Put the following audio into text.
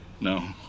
No